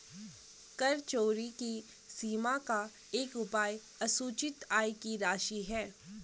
कर चोरी की सीमा का एक उपाय असूचित आय की राशि है